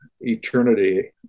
eternity